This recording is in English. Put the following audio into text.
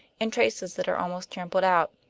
and traces that are almost trampled out.